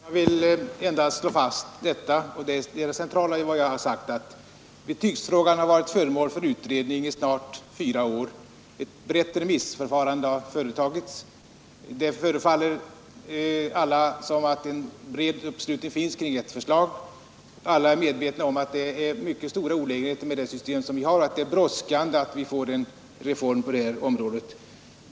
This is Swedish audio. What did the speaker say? Herr talman! Jag vill endast slå fast — och det är det centrala i vad jag sagt — att betygsfrågan varit föremål för utredning i snart fyra år. Ett brett remissförfarande har förekommit. Det förefaller alla som om en bred uppslutning finns kring ett förslag. Alla är medvetna om att det är mycket stora olägenheter förenade med det nuvarande systemet och att det brådskar med en reform på detta område.